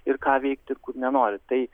ir ką veikti ir kur nenori tai